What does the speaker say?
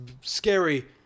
scary